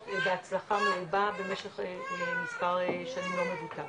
בהצלחה מרובה במשך מספר שנים לא מבוטל.